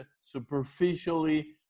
superficially